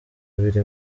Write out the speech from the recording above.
biri